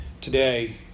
today